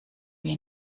wir